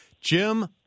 Jim